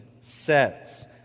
says